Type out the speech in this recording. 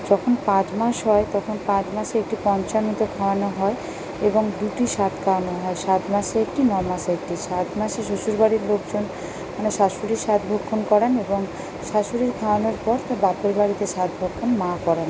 যখন পাঁচ মাস হয় তখন পাঁচ মাসে একটি পঞ্চামৃত খাওয়ানো হয় এবং দুটি সাধ খাওয়ানো হয় সাত মাসে একটি ন মাসে একটি সাত মাসে শ্বশুর বাড়ির লোকজন মানে শাশুড়ি সাধভক্ষণ করেন এবং শাশুড়ির খাওয়ানোর পর তার বাপের বাড়িতে সাধভক্ষণ মা করেন